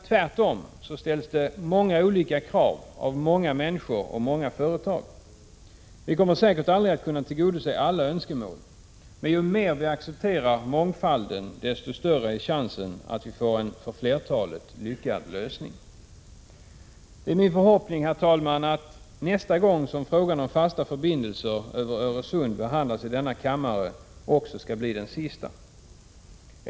Tvärtom ställs det många olika krav av många människor och företag. Vi kommer säkert aldrig att kunna tillgodose alla önskemål. Men ju mer vi accepterar mångfalden, desto större är chansen att vi får en för flertalet lyckad lösning. Det är min förhoppning, herr talman, att nästa gång frågan om fasta förbindelser över Öresund behandlas i denna kammare också skall bli den sista.